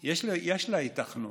יש היתכנות,